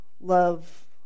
love